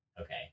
Okay